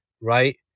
right